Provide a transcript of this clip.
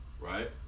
right